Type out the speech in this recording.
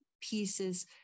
pieces